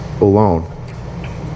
alone